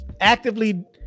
actively